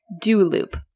Do-Loop